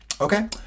okay